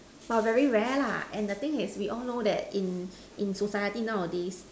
but very rare lah and the thing is we all know that in in society nowadays